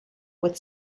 with